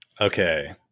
Okay